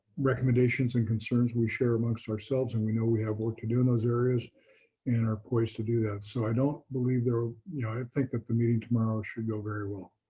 recommendations and concerns we share amongst ourselves. and we know we have work to do in those areas and are poised to do that. so i don't believe there yeah i think that the meeting meeting tomorrow should go very well.